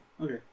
Okay